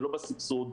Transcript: ולא בסבסוד,